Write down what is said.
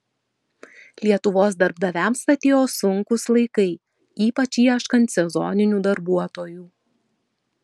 lietuvos darbdaviams atėjo sunkūs laikai ypač ieškant sezoninių darbuotojų